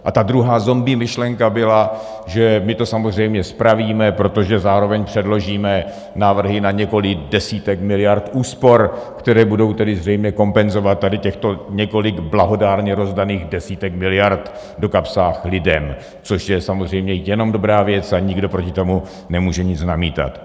A ta druhá zombie myšlenka byla, že my to samozřejmě spravíme, protože zároveň předložíme návrhy na několik desítek miliard úspor, které budou tedy zřejmě kompenzovat tady několik blahodárně rozdaných desítek miliard do kapes lidem, což je samozřejmě jenom dobrá věc, a nikdo proti tomu nemůže nic namítat.